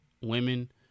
women